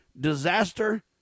disaster